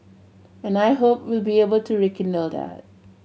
and I hope we'll be able to rekindle that